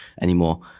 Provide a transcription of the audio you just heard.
anymore